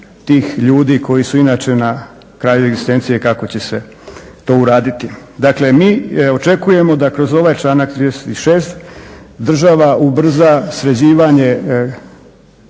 tih ljudi koji su inače na kraju egzistencije, kako će se to uraditi. Dakle, mi očekujemo da kroz ovaj članak 36. država ubrza sređivanje